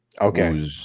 Okay